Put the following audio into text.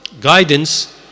guidance